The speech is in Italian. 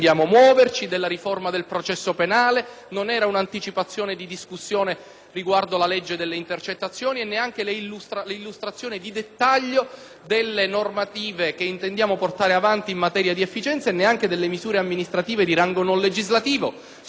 riguardo alla legge sulle intercettazioni e neanche l'illustrazione di dettaglio delle normative che intendiamo portare avanti in materia di efficienza e neanche delle misure amministrative di rango non legislativo sullo stesso argomento. Tuttavia, ho colto positivamente la circostanza di essere stato